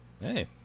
Hey